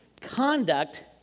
conduct